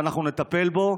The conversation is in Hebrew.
ואנחנו נטפל בו,